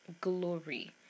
glory